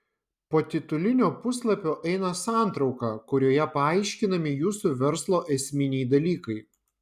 po titulinio puslapio eina santrauka kurioje paaiškinami jūsų verslo esminiai dalykai